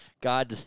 God